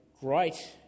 great